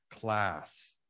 Class